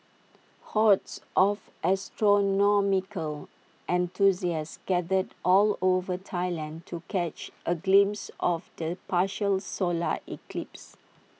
hordes of astronomical enthusiasts gathered all over Thailand to catch A glimpse of the partial solar eclipse